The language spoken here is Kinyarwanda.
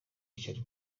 ishyari